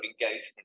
engagement